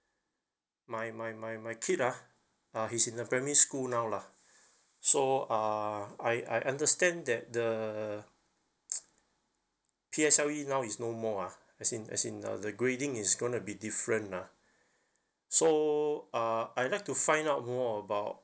my my my my kid ah uh he's in a primary school now lah so uh I I understand that the P_S_L_E now is no more ah as in as in uh the grading is going to be different ah so uh I'd like to find out more about